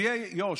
ערביי יו"ש,